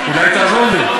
אולי תעזור לי?